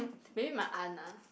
um maybe my aunt ah